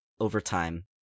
overtime